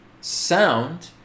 Sound